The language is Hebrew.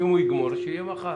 אם הוא יגמור, שיהיה מחר.